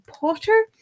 Potter